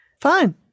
fine